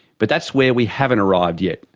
but that's where we haven't arrived yet,